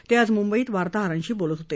ते आज मुंबईत वार्ताहरांशी बोलत होते